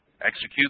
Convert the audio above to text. Execute